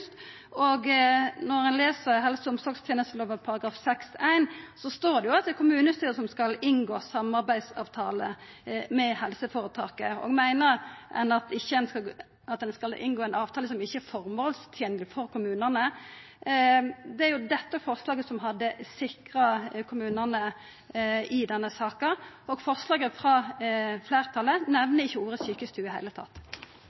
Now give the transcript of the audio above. Og når ein les helse- og omsorgstenestelova § 6-1, står det at det er kommunestyret som skal inngå samarbeidsavtale med helseføretaket. Meiner ein at ein skal inngå ein avtale som ikkje er føremålstenleg for kommunane? Det er jo dette forslaget som hadde sikra kommunane i denne saka, og forslaget frå fleirtalet nemner ikkje ordet «sjukestue» i det heile. Jeg har ikke